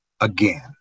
again